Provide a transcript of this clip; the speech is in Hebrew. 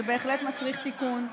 שבהחלט מצריך תיקון,